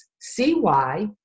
C-Y